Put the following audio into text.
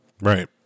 Right